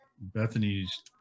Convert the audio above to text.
Bethany's